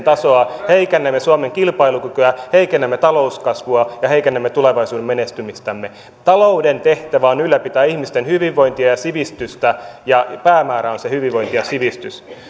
tasoa heikennämme suomen kilpailukykyä heikennämme talouskasvua ja heikennämme tulevaisuuden menestymistämme talouden tehtävä on ylläpitää ihmisten hyvinvointia ja sivistystä ja päämäärä on se hyvinvointi ja sivistys